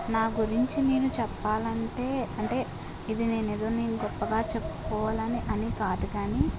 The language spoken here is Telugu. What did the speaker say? నా గురించి నేను చెప్పాలి అంటే అంటే ఇది నేను ఏదో గొప్పగా చెప్పుకోవాలని అని కాదు కానీ